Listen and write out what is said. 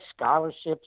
scholarships